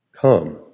come